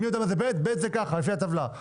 ב' זה ככה לפי הטבלה.